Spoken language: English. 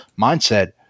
mindset